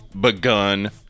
begun